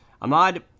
Ahmad